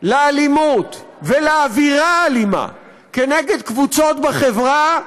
לאלימות ולאווירה האלימה כנגד קבוצות בחברה,